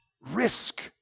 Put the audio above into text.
risk